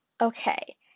Okay